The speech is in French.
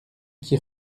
qui